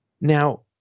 Now